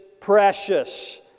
precious